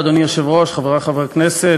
חברי הכנסת,